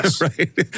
Right